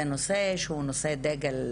זה נושא שהוא נושא דגל,